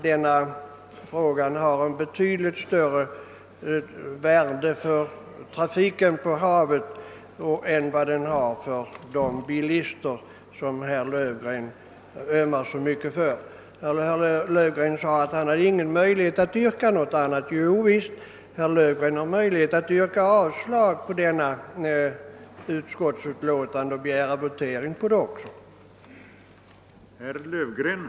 Denna fråga är alltså betydligt viktigare för sjöfarten än för de bilister som herr Löfgren ömmar så mycket för. Herr Löfgren sade att han inte kan framställa något yrkande. Jo, det kan han visst: han kan yrka avslag på utskottets hemställan och även begära votering.